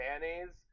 mayonnaise